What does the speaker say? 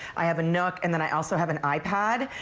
i have a nook and then i also have an ipad.